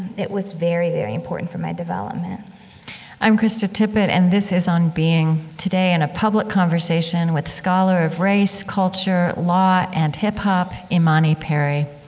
it was very, very important for my development i'm krista tippett, and this is on being. today in a public conversation with scholar of race, culture, law, and hip hop, imani perry.